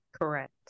correct